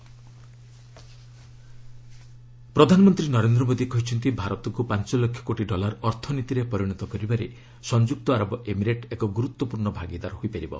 PM UAE ପ୍ରଧାନମନ୍ତ୍ରୀ ନରେନ୍ଦ୍ର ମୋଦୀ କହିଛନ୍ତି ଭାରତକୁ ପାଞ୍ଚ ଲକ୍ଷ କୋଟି ଡଲାର ଅର୍ଥନୀତିରେ ପରିଣତ କରିବାରେ ସଂଯୁକ୍ତ ଆରବ ଏମିରେଟ୍ ଏକ ଗୁରୁତ୍ୱପୂର୍ଷ୍ଣ ଭାଗିଦାର ହୋଇପାରିବ